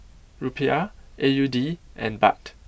Rupiah A U D and Baht